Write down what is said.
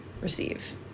Receive